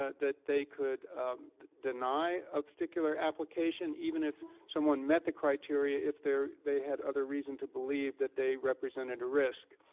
ah that they could deny a particular application even if someone met the criteria if they had other reason to believe that they represented a risk,